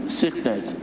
sickness